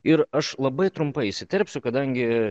ir aš labai trumpai įsiterpsiu kadangi